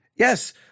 Yes